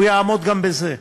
הוא יעמוד גם בזה,